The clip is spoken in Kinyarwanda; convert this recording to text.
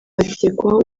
akekwaho